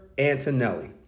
Antonelli